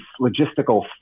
logistical